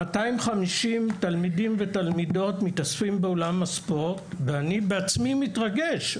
250 תלמידים ותלמידות מתאספים באולם הספורט ואני בעצמי מתרגש.